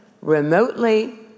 remotely